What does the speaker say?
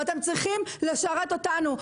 ואתם צריכים לשרת אותנו.